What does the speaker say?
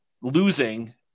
losing